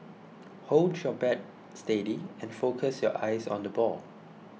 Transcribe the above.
hold your bat steady and focus your eyes on the ball